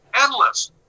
Endless